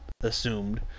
assumed